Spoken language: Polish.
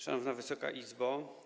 Szanowna Wysoka Izbo!